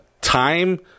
Time